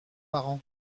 parents